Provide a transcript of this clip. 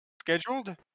scheduled